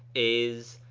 is,